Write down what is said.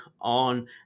on